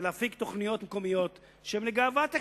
ולהפיק תוכניות מקומיות שהן גאוות הקהילה.